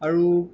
আৰু